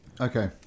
Okay